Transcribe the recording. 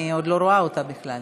אני עוד לא רואה אותה בכלל.